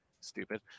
Stupid